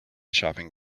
shopping